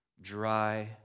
Dry